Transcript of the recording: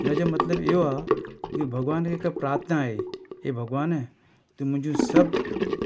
हिनजो मतलबु इहो आहे की भॻवान खे हिक प्रार्थना आहे की भॻवान तूं मुंहिंजूं सभु